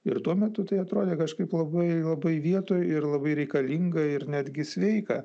ir tuo metu tai atrodė kažkaip labai labai vietoj ir labai reikalinga ir netgi sveika